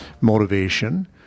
motivation